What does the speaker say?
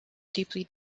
deeply